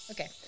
Okay